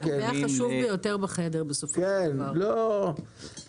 בסעיף הזה נעשתה הרבה מאוד עבודה כדי להגיע לאיזון נכון של הסמכויות.